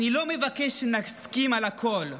אני לא מבקש שנסכים על הכול.